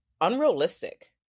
unrealistic